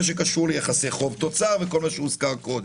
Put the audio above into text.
שקשור ליחסי חוב-תוצר וכל מה שהוזכר קודם.